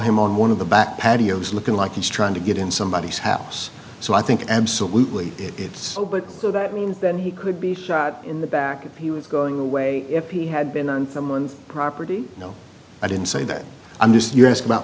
him on one of the back patio is looking like he's trying to get in somebody's house so i think absolutely it's so but so that means that he could be shot in the back if he was going away if he had been on someone's property no i didn't say that i'm just curious about